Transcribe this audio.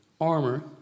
armor